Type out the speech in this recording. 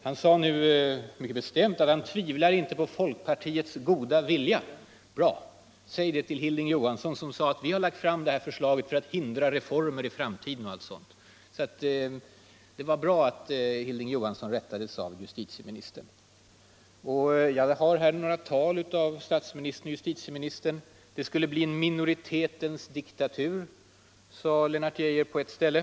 Han sade nu mycket bestämt att han inte tvivlar på folkpartiets goda vilja. Bra! Säg det till Hilding Johansson, som sade att vi har lagt fram det här förslaget för att hindra reformer i framtiden och liknande! Det var bra att Hilding Johansson rättades av justitieministern. Jag har här några tal av statsministern och justitieministern. Det skulle bli en ”minoritetens diktatur”, sade Lennart Geijer på ett ställe.